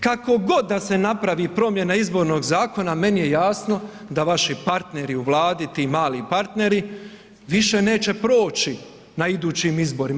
Kako god da se napravi promjena izbornog zakona meni je jasno da vaši partneri u Vladi, ti mali partneri više neće proći na idućim izborima.